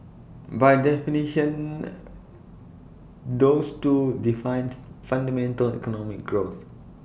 by definition those two defines fundamental economic growth